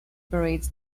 parades